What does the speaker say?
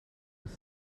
with